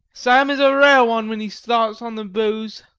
sam is a rare one when he starts on the booze.